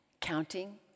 counting